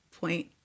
point